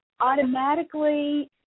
Automatically